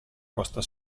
costa